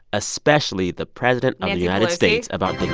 especially the president of the united states, about